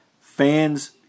fans